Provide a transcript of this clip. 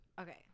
Okay